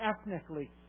ethnically